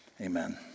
Amen